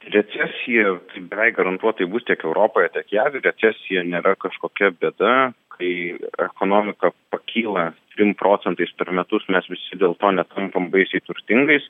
recesija beveik garantuotai bus tiek europoje tiek jav recesija nėra kažkokia bėda kai ekonomika pakyla trim procentais per metus mes visi dėl to netampam baisiai turtingais